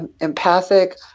empathic